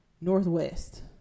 northwest